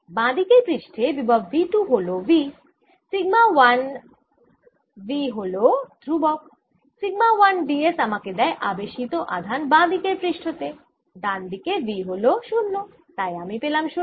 বাঁ দিকের পৃষ্ঠে বিভব V 2 হল V সিগমা 1 V হল ধ্রুবক সিগমা 1 d s আমাকে দেয় আবেশিত আধান বাঁ দিকের পৃষ্ঠতে ডান দিকে V হল 0 তাই আমি পেলাম 0